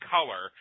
Color